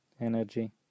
energy